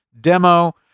demo